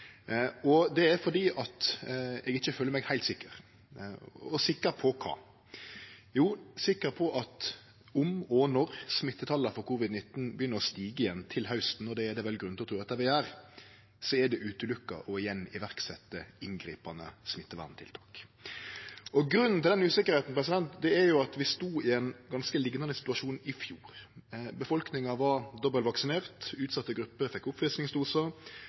likevel. Det er fordi eg ikkje føler meg heilt sikker – og sikker på kva? Jo, sikker på at om og når smittetala for covid-19 begynner å stige igjen til hausten, og det er det vel grunn til å tru at dei vil gjere, er det uaktuelt igjen å setje i verk inngripande smitteverntiltak. Grunnen til den usikkerheita er at vi stod i ein ganske liknande situasjon i fjor. Befolkninga var dobbelvaksinert, utsette grupper fekk